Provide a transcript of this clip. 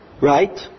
Right